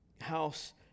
house